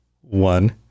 one